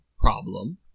problem